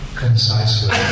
concisely